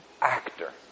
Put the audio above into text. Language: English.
actor